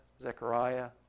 Zechariah